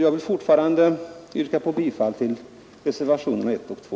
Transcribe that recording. Jag vidhåller, fru talman, mitt yrkande om bifall till reservationerna 1 och 2.